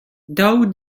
daou